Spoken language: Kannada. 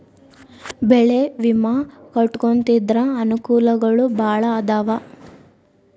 ಬೆಳೆ ವಿಮಾ ಕಟ್ಟ್ಕೊಂತಿದ್ರ ಅನಕೂಲಗಳು ಬಾಳ ಅದಾವ